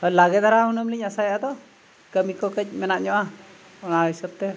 ᱞᱟᱜᱮ ᱫᱷᱟᱨᱟ ᱦᱩᱱᱟᱹᱝ ᱞᱤᱧ ᱟᱥᱟᱭᱟ ᱛᱚ ᱠᱟᱹᱢᱤ ᱠᱚ ᱠᱟᱹᱡ ᱢᱮᱱᱟᱜ ᱧᱚᱜᱼᱟ ᱚᱱᱟ ᱦᱤᱥᱟᱹᱵ ᱛᱮ